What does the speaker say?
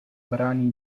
brani